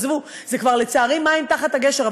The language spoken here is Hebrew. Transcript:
עזבו, זה כבר, לצערי, מים תחת הגשר.